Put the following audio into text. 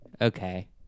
Okay